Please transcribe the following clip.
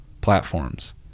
platforms